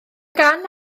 gan